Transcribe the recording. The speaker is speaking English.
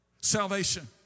salvation